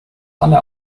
anne